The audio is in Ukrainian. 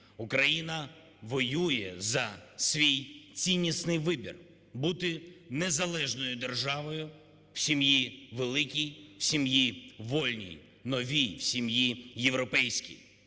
Україна воює за свій ціннісний вибір – бути незалежною державою в сім'ї великій, в сім'ї вольній, новій, сім'ї європейській.